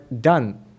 done